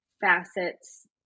facets